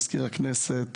מזכיר הכנסת,